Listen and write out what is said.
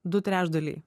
du trečdaliai